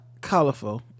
colorful